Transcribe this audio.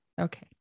Okay